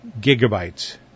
gigabytes